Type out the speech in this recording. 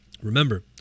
Remember